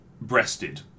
breasted